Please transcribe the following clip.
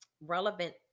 relevant